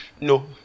No